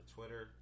Twitter